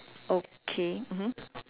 okay mmhmm